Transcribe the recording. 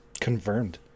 Confirmed